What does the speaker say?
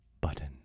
button